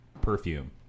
Perfume